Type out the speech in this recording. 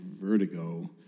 Vertigo